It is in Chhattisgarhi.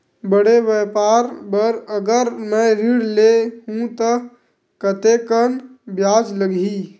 बड़े व्यापार बर अगर मैं ऋण ले हू त कतेकन ब्याज लगही?